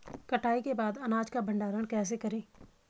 कटाई के बाद अनाज का भंडारण कैसे करें?